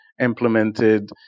implemented